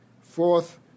Fourth